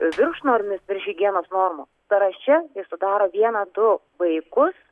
viršnormis virš higienos normų sąraše jis sudaro vieną du vaikus